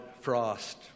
Frost